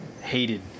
hated